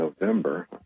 November